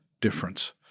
difference